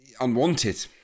unwanted